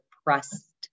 depressed